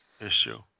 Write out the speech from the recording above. issue